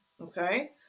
okay